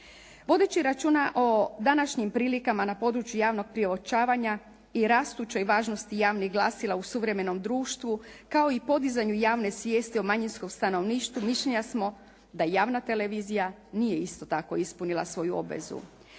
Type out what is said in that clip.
Vodeći računa o današnjim prilikama na području javnog priopćavanja i rastućoj važnosti javnih glasila u suvremenom društvu kao i podizanju javne svijesti o manjinskom stanovništvu mišljenja smo da javna televizija nije isto tako ispunila svoju obvezu.